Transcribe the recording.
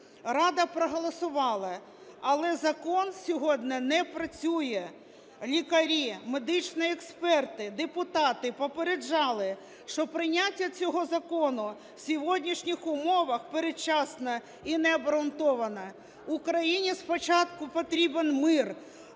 Рада проголосувала, але закон сьогодні не працює. Лікарі, медичні експерти, депутати попереджали, що прийняття цього закону в сьогоднішніх умовах передчасне і необґрунтоване. Україні спочатку потрібен мир,